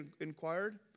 inquired